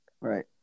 Right